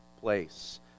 place